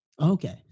Okay